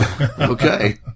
Okay